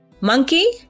Monkey